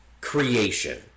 creation